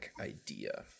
idea